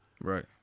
Right